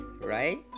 right